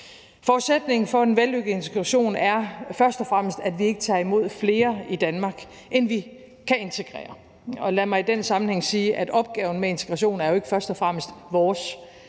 Forudsætningen for en vellykket integration er først og fremmest, at vi ikke tager imod flere i Danmark, end vi kan integrere. Lad mig i den sammenhæng sige, at opgaven med integration ikke først og fremmest er vores